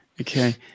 Okay